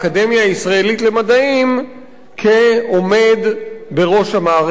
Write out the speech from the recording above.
הישראלית למדעים כעומד בראש המערכת הזאת.